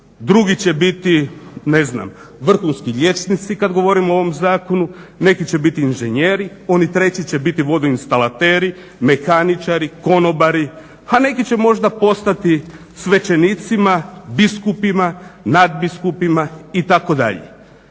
drugi će biti ne znam, vrhunski liječnici kad govorimo o ovom zakonu, neki će biti inženjeri, oni treći će biti vodoinstalateri, mehaničari, konobari, a neki će možda postati svećenicima, biskupima, nadbiskupima itd.